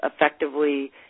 effectively